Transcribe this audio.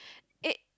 it